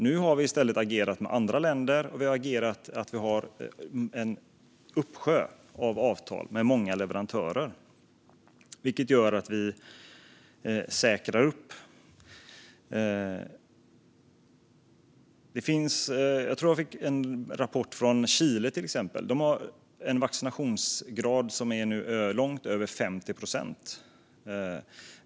Nu har vi i stället agerat med andra länder, och vi har en uppsjö av avtal med många leverantörer, vilket gör att vi säkrar upp. Jag fick en rapport från Chile. De har en vaccinationsgrad som nu är långt över 50 procent.